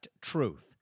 Truth